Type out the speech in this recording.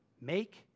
Make